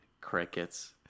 crickets